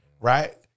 right